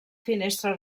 finestra